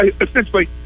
essentially